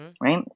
right